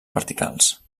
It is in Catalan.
verticals